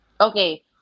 Okay